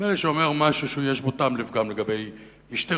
נדמה לי שהוא אומר משהו שיש בו טעם לפגם לגבי משטרת